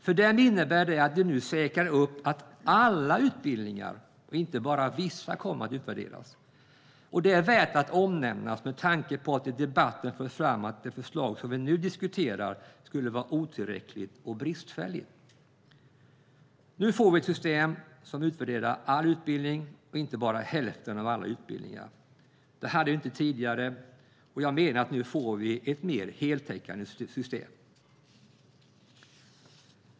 För dem innebär det att de nu säkrar upp att alla utbildningar kommer att utvärderas, inte bara vissa. Det är värt att omnämna med tanke på att det i debatten förts fram att det förslag som vi nu diskuterar skulle vara otillräckligt och bristfälligt. Nu får vi ett system som utvärderar all utbildning och inte bara hälften av alla utbildningar. Det hade vi inte tidigare, och jag menar att vi nu får ett mer heltäckande system.